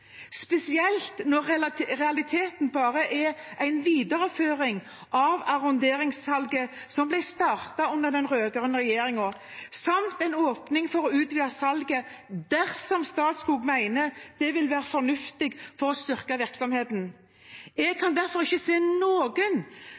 spesielt når realiteten bare er en videreføring av arronderingssalget som ble startet under den rød-grønne regjeringen, samt en åpning for å utvide salget dersom Statskog mener det vil være fornuftig for å styrke virksomheten. Jeg